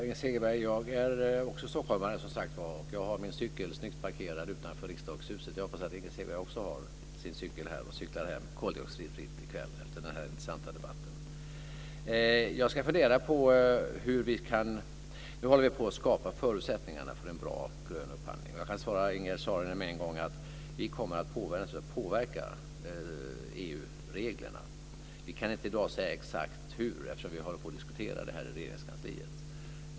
Fru talman! Jag är som sagt också stockholmare, Inger Segelström. Jag har min cykel snyggt parkerad utanför Riksdagshuset. Jag hoppas att Inger Segelström också har sin cykel här och cyklar hem koldioxidfritt i kväll efter denna intressanta debatt. Nu håller vi på och skapar förutsättningarna för en bra grön upphandling. Jag kan med en gång svara Ingegerd Saarinen att vi naturligtvis kommer att påverka EU-reglerna. Vi kan inte i dag säga exakt hur, eftersom vi håller på och diskuterar detta i Regeringskansliet.